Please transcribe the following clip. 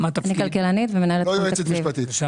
לא יועצת משפטית?